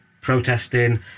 protesting